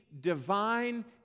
divine